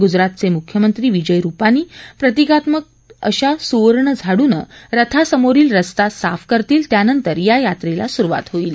गुजरातचे मुख्यमंत्री विजय रुपानी प्रतीकात्मक अशा सुवर्ण झाडूनं रथासमोरील रस्ता साफ करतील त्यानंतर या यात्रेला सुरुवात होईल